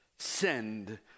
send